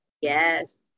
Yes